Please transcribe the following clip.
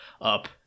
up